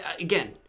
Again